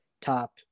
top